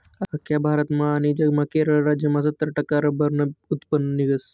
आख्खा भारतमा आनी जगमा केरळ राज्यमा सत्तर टक्का रब्बरनं उत्पन्न निंघस